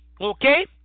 okay